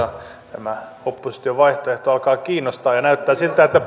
tämä opposition vaihtoehto alkaa kiinnostaa ja näyttää siltä että